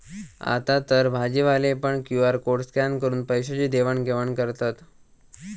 आतातर भाजीवाले पण क्यु.आर कोड स्कॅन करून पैशाची देवाण घेवाण करतत